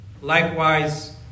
Likewise